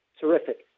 terrific